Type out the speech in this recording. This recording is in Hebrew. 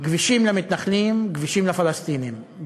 כבישים למתנחלים וכבישים לפלסטינים,